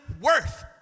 worth